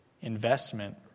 investment